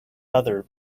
other